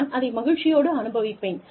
நான் அதை மகிழ்ச்சியோடு அனுபவிப்பேன்